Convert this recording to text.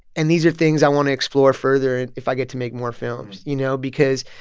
and these are things i want to explore further and if i get to make more films you know? because,